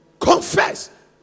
Confess